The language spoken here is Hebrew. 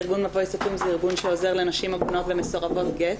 ארגון "מבוי סתום" זה ארגון שעוזר לנשים עגונות ומסורבות גט,